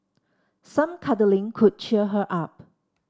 some cuddling could cheer her up